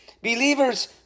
Believers